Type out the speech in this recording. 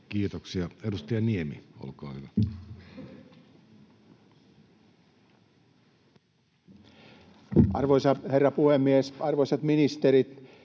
— Edustaja Kopra, olkaa hyvä. Arvoisa herra puhemies! Arvoisat ministerit!